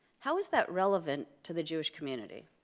how is that relevant to the jewish community?